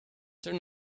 turn